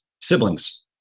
siblings